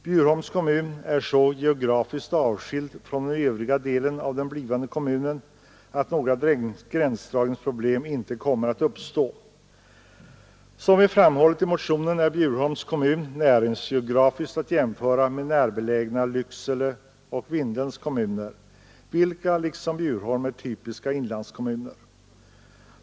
Bjurholms kommun är så geografiskt avskild från den övriga delen av den blivande kommunen att några gränsdragningsproblem inte kommer att uppstå. Som vi framhållit i motionen är Bjurholms kommun näringsgeografiskt att jämföra med närbelägna Lycksele och Vindelns kommuner, vilka liksom Bjurholm är typiska inlandskommuner.